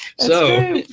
so